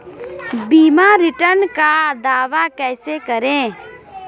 बीमा रिटर्न का दावा कैसे करें?